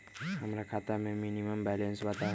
हमरा खाता में मिनिमम बैलेंस बताहु?